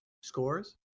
scores